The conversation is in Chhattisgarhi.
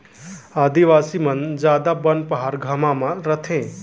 आदिवासी मन जादा बन पहार जघा म रथें